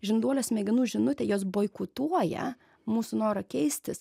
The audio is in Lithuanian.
žinduolio smegenų žinutę jos boikotuoja mūsų norą keistis